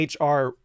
HR